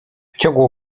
ciągu